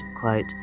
quote